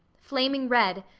flaming red,